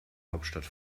hauptstadt